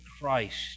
Christ